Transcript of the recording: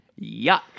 Yuck